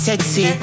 Sexy